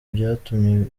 byatumye